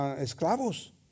esclavos